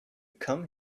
come